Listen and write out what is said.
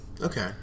Okay